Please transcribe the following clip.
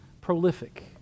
prolific